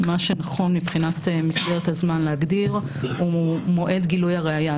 מה שנכון מבחינת מסגרת הזמן להגדיר הוא מועד גילוי הראיה.